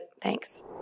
Thanks